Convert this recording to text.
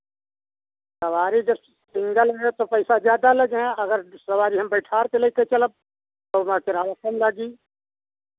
सवारी जब सिंगल में है तो पैसा ज़्यादा लगिहे अगर सवारी हम बैठार के लइके चलब तो ओमा किराया कम लागी